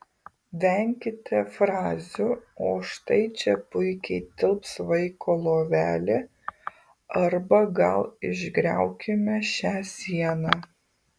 venkite frazių o štai čia puikiai tilps vaiko lovelė arba gal išgriaukime šią sieną